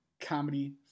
comedy